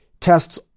tests